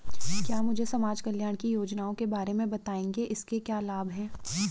क्या मुझे समाज कल्याण की योजनाओं के बारे में बताएँगे इसके क्या लाभ हैं?